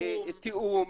תיאום,